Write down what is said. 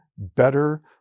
Better